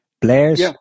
Blair's